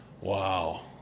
Wow